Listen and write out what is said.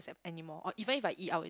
anymore or even if I eat I would